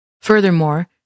Furthermore